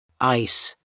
Ice